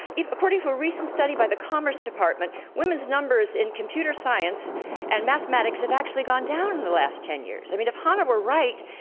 according to a recent study by the commerce department, women's numbers in computer science and mathematics have actually gone down in the last ten years. i mean, if hanna were right,